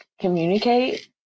communicate